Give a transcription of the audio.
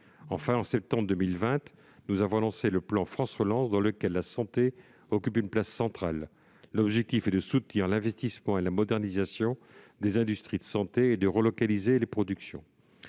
Enfin, en septembre 2020, nous avons lancé le plan France Relance, au sein duquel la santé occupe une place centrale. L'objectif est de soutenir l'investissement et la modernisation des industries de santé et de relocaliser les productions.